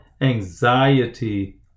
anxiety